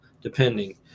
depending